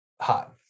hot